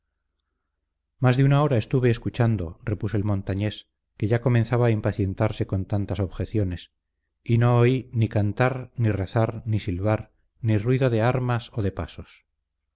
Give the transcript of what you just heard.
más de una hora estuve escuchando repuso el montañés que ya comenzaba a impacientarse con tantas objeciones y no oí ni cantar ni rezar ni silbar ni ruido de armas o de pasos